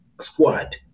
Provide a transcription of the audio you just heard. squad